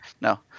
No